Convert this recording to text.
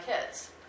kids